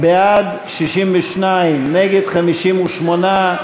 בעד, 62, נגד, 58,